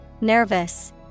Nervous